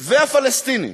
והפלסטינים,